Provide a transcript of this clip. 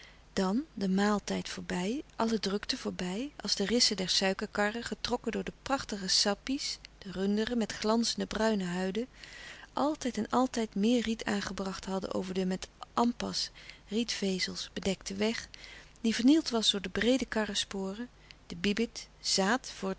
dan de maal tijd voorbij alle drukte voorbij als de rissen der suikerkarren getrokken door de prachtige sappi runderen met glanzende bruine huiden altijd en altijd meer riet aangebracht hadden over den met ampas bedekten weg die vernield was door de breede karresporen de bibit voor